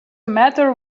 matter